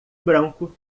branco